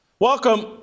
Welcome